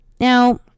now